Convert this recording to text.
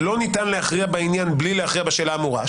שלא ניתן להכריע בעניין בלי להכריע בשאלה האמורה,